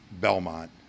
belmont